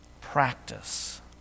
practice